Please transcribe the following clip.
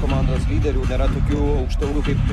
komandos lyderių nėra tokių aukštaūgių kaip